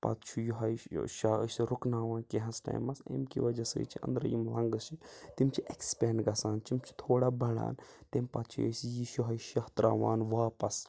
پتہٕ چھِ یہوے ٲں شاہ أسۍ رُکناوان کیٚنٛہس ٹایمَس اَمہِ کہِ وَجہ سۭتۍ چھِ أنٛدرٕ یِم لَنٛگٕس چھِ تِم چھِ ایٚکٕسپینٛڈ گژھان تِم چھِ تھوڑا بَڑھان تَمہِ پَتہٕ چھِ أسۍ یہِ یہوے شاہ ترٛاوان واپَس